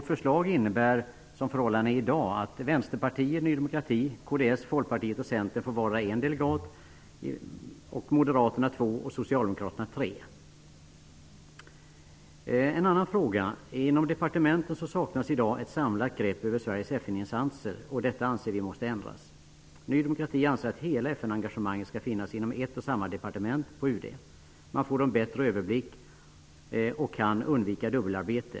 Som förhållandena är i dag innebär vårt förslag att Vänsterpartiet, Ny demokrati, kds, Folkpartiet och Centern får vardera en delegat, Moderaterna två och Inom departementet saknas i dag ett samlat grepp över Sveriges FN-insatser. Detta anser vi måste ändras. Ny demokrati anser att hela FN engagemanget skall finnas inom ett och samma departement på UD. Man får då en bättre överblick och kan undvika dubbelarbete.